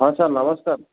ହଁ ସାର୍ ନମସ୍କାର